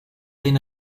den